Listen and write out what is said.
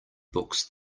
books